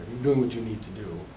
do what you need to do.